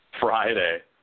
Friday